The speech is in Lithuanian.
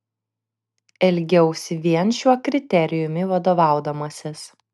elgiausi vien šiuo kriterijumi vadovaudamasis